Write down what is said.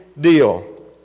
deal